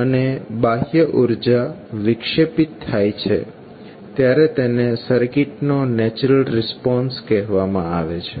અને બાહ્ય ઉર્જા વિક્ષેપિત થાય છે ત્યારે તેને સર્કિટનો નેચરલ રિસ્પોન્સ કહેવામાં આવે છે